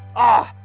ah,